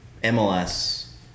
MLS